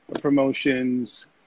promotions